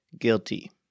guilty